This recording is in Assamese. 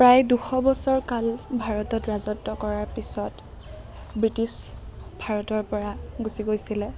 প্ৰায় দুশ বছৰ কাল ভাৰতত ৰাজত্ব কৰাৰ পিছত ব্ৰিটিছ ভাৰতৰপৰা গুচি গৈছিলে